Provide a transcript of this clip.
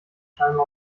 scheinbar